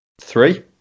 three